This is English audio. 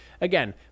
again